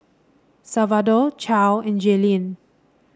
Salvador Charle and Jaelynn